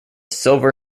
silver